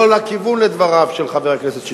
לא לכיוון של דבריו של חבר הכנסת שטרית,